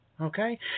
Okay